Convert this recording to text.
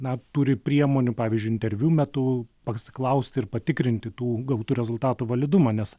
na turi priemonių pavyzdžiui interviu metu pasiklausti ir patikrinti tų gautų rezultatų validumą nes